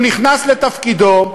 הוא נכנס לתפקידו,